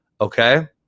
Okay